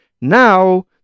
Now